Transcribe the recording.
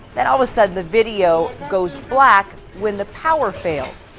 then all of a sudden the video goes black when the power fails.